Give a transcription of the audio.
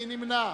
מי נמנע?